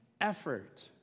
effort